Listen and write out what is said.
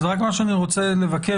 אז רק מה שאני רוצה לבקש,